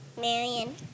Marion